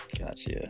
Gotcha